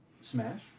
smash